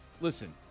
listen